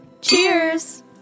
Cheers